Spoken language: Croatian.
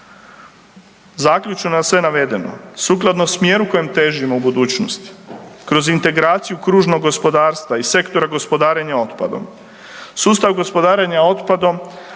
Zaključno na sve navedeno, sukladno smjeru kojem težimo u budućnosti kroz integraciju kružnog gospodarstva i sektora gospodarenja otpadom. Sustav gospodarenja otpadom